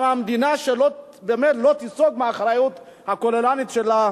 גם המדינה, שבאמת לא תיסוג מהאחריות הכוללנית שלה.